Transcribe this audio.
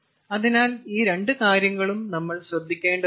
അതിനാൽ ഈ രണ്ട് കാര്യങ്ങളും നമ്മൾ ശ്രദ്ധിക്കേണ്ടതുണ്ട്